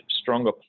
stronger